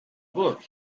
book